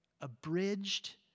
abridged